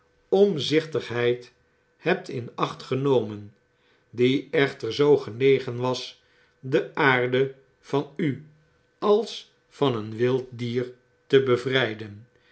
omzichtigheid hebt in acht genomen die echter zoo genegen was de aarde van u als van een wild dier te bevrpen